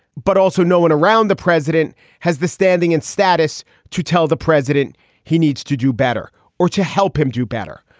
but also no one around the president has the standing and status to tell the president he needs to do better or to help him do better,